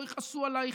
לא יכעסו עלייך,